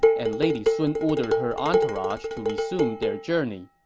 and lady sun ordered her entourage to resume their journey